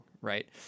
right